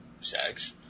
sex